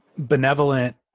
benevolent